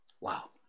Wow